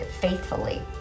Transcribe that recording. faithfully